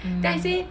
mm